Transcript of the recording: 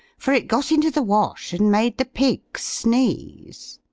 for it got into the wash, and made the pigs sneeze.